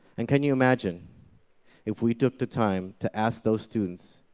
and can you imagine if we took the time to ask those students,